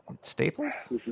staples